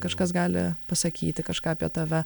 kažkas gali pasakyti kažką apie tave